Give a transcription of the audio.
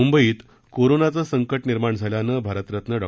मुंबईत कोरोनाचे संकट निर्माण झाल्यानं भारतरत्न डॉ